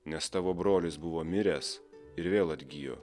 nes tavo brolis buvo miręs ir vėl atgijo